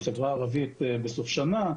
הערבי בסוף שנה.